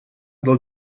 del